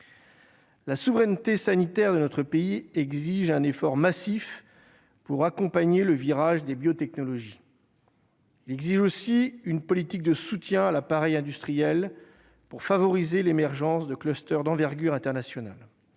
la souveraineté sanitaire de notre pays exige un effort massif pour accompagner le virage des biotechnologies. Il exige aussi une politique de soutien à l'appareil industriel pour favoriser l'émergence de clusters d'envergure internationale,